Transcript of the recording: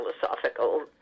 philosophical